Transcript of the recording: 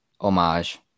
Homage